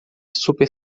super